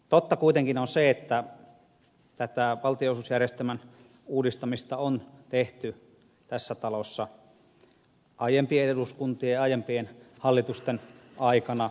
totta kuitenkin on se että tätä valtionosuusjärjestelmän uudistamista on tehty tässä talossa aiempien eduskuntien ja aiempien hallitusten aikana